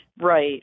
Right